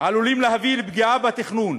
עלול להביא לפגיעה בתכנון